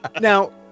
Now